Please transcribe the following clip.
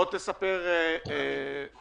בוא תספר לנו